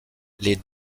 les